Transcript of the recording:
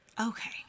Okay